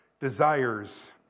desires